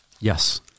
Yes